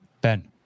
Ben